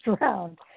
round